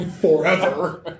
forever